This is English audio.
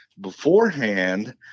beforehand